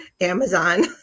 Amazon